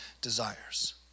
desires